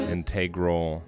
Integral